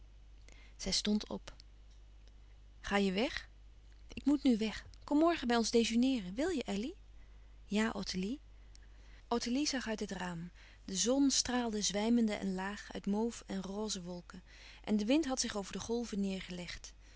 zij stond op ga je weg ik moet nu weg kom morgen bij ons dejeuneeren wil je elly ja ottilie ottilie zag uit het raam de zon straalde zwijmende en laag uit mauve en roze wolken en de wind had zich over de golven neêrgelegd